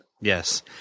Yes